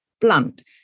blunt